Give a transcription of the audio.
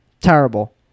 Terrible